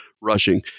rushing